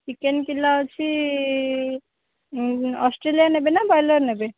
chicken kilo ଅଛି Australia ନେବେ ନା ବଏଲର୍ ନେବେ